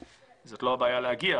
זו לא בעיה להגיע,